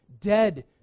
Dead